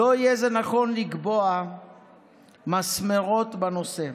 לא יהיה נכון לקבוע מסמרות בנושא.